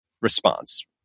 response